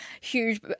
huge